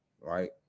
right